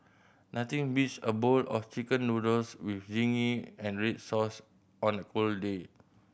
nothing beats a bowl of Chicken Noodles with zingy and red sauce on a cold day